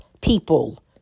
people